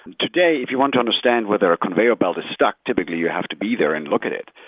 um today, if you want to understand whether a conveyor belt is stuck, typically you have to be there and look at it.